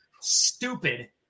stupid